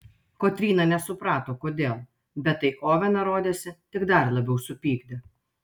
kotryna nesuprato kodėl bet tai oveną rodėsi tik dar labiau supykdė